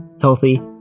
healthy